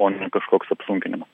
o ne kažkoks apsunkinimas